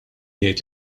jgħid